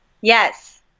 yes